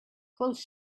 close